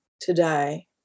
today